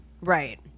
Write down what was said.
Right